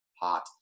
hot